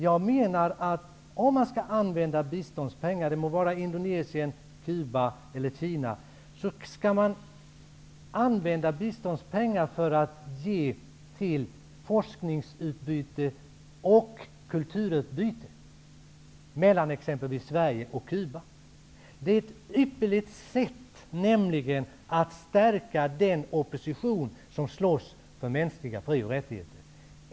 Om man skall man använda biståndspengar -- det må gälla Indonesien, Cuba eller Kina -- skall man använda dem för att ge till forskningsutbyte och kulturutbyte, exempelvis mellan Sverige och Cuba. Det är nämligen ett ypperligt sätt att stärka den opposition som slåss för mänskliga fri och rättigheter.